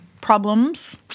problems